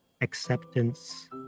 acceptance